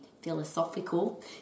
philosophical